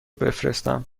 بفرستم